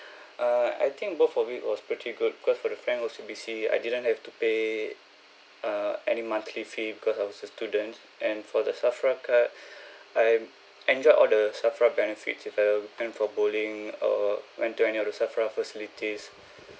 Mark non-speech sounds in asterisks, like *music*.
*breath* err I think both of it was pretty good cause for the frank O_C_B_C I didn't have to pay err any monthly fee because I was a student and for the SAFRA card *breath* I enjoy all the SAFRA benefits if I went for bowling err went to any of the SAFRA facilities